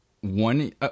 one